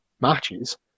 matches